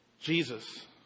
Jesus